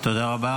תודה רבה.